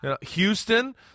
Houston